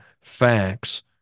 facts